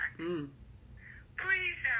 Please